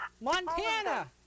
Montana